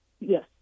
Yes